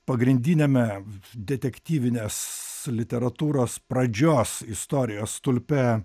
pagrindiniame detektyvinės literatūros pradžios istorijos stulpe